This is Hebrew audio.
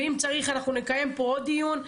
אם צריך אנחנו נקיים פה עוד דיון,